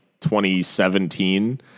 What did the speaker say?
2017